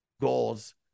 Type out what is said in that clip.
goals